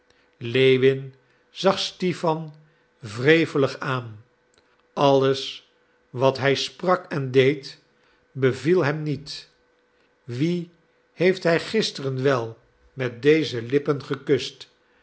lewin zag stipan wrevelig aan alles wat hij sprak en deed beviel hem niet wien heeft hij gisteren wel met deze lippen gekust